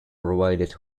provided